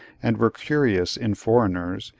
and were curious in foreigners,